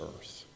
earth